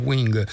Wing